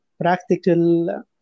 practical